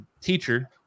teacher